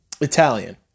Italian